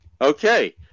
Okay